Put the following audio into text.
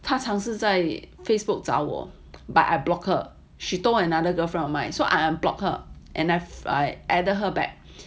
他尝试在 Facebook 找我 but I block her she told another girl friend of mine so I unblock her and I added her back